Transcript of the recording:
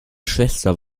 schwester